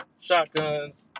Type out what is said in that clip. shotguns